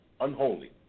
unholy